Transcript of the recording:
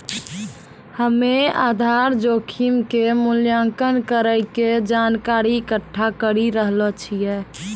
हम्मेआधार जोखिम के मूल्यांकन करै के जानकारी इकट्ठा करी रहलो छिऐ